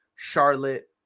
Charlotte